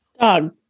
Dog